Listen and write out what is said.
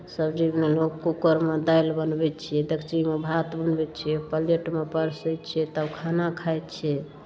सब्जी बनेलहुँ कूकरमे दालि बनबै छियै डेक्चीमे भात बनबै छियै प्लेटमे परसै छियै तब खाना खाइ छियै